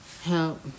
help